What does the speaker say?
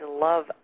love